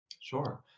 Sure